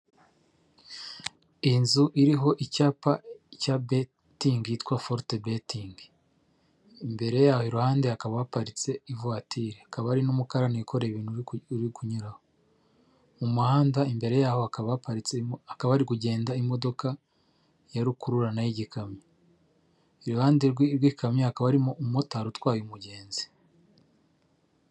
Iyi nzu iriho icyapa cya betingi yitwa Forute betingi, imbere yaho iruhande hakaba haparitse ivatiri, hakaba hari n'umukarani wikoreye ibintu uri kunyuraho. Mu muhanda imbere yaho hakaba hari kugenda imodoka, ya rukururana y'igikamyo. Iruhande rw'ikamyo hakaba harimo, umumotari utwaye umugenzi.